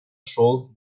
шел